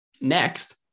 next